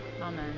Amen